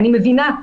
אני מבינה.